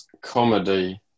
comedy